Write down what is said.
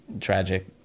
tragic